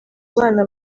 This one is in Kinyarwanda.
bana